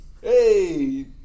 Hey